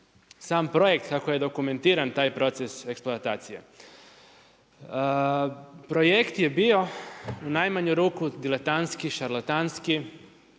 sam projekt kako je dokumentiran taj proces eksploatacije. Projekt je bio u najmanju ruku diletantski, šarlatanski,